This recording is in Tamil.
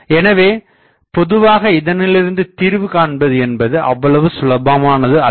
எனவே பொதுவாக இதனிலிருந்து தீர்வு காண்பது என்பது அவ்வளவு சுலபமானது அல்ல